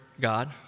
God